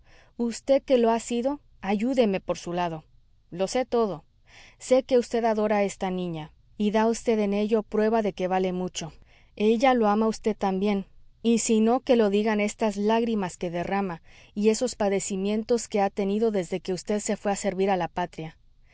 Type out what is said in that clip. vd que lo ha sido ayúdeme por su lado lo sé todo sé que vd adora a esta niña y da vd en ello prueba de que vale mucho ella lo ama a vd también y si no que lo digan esas lágrimas que derrama y esos padecimientos que ha tenido desde que vd se fué a servir a la patria